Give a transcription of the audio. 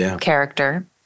character